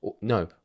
No